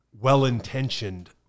well-intentioned